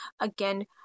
again